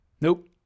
Nope